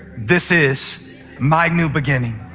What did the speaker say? this is my new beginning.